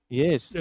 yes